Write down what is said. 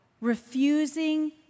refusing